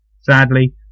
Sadly